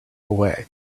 away